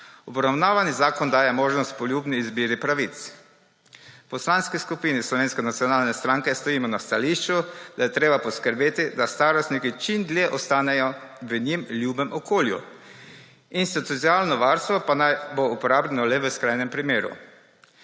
Obravnavani zakon daje možnost poljubni izbiri pravic. V Poslanski skupini Slovenske nacionalne stranke stojimo na stališču, da je treba poskrbeti, da starostniki čim dlje ostanejo v njim ljubem okolju. Institucionalno varstvo pa naj bo uporabno le v skrajnem primeru.